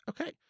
Okay